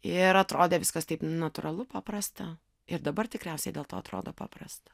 ir atrodė viskas taip natūralu paprasta ir dabar tikriausiai dėl to atrodo paprasta